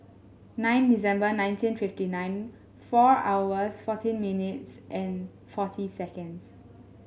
nine December nineteen fifty nine four hours fourteen minutes and forty seconds